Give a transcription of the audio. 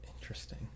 Interesting